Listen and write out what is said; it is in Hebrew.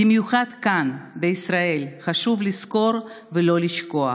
במיוחד כאן בישראל חשוב לזכור ולא לשכוח,